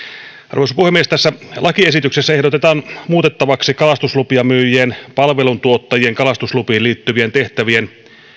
arvoisa puhemies tässä lakiesityksessä ehdotetaan muutettavaksi kalastuslupia myyvien palveluntuottajien kalastuslupiin liittyvien tehtävien